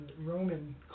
Roman